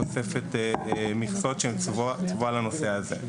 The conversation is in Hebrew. תוספת מכסות שצבועה לנושא הזה.